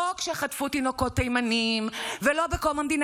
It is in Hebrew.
לא כשחטפו תינוקות תימנים ולא בקום המדינה,